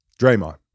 Draymond